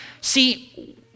see